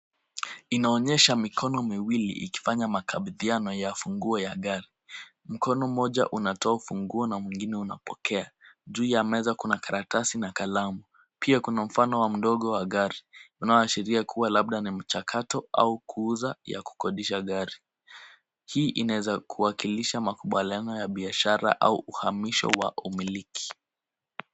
Inaonyesha mikono miwili ikifanya makabidhiano ya funguo ya gari. Mkono mmoja unatoa ufunguo na mwingine unapokea. Juu ya meza kuna karatasi na kalamu. Pia kuna mfano wa mdogo wa gari unaoashiria kuwa labda ni mchakato au kuuza ya kukodisha gari. Hii inaweza kuwakilisha makubaliano ya biashara au uhamisho wa umiliki.